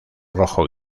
rojo